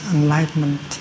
enlightenment